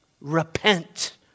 Repent